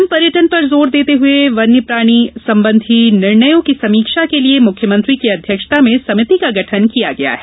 one पर्यटन पर जोर देते हुए वन्य प्राणी संबंधी निर्णयों की समीक्षा के लिए मुख्यमंत्री की अध्यक्षता में समिति का गठन किया गया है